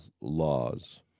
laws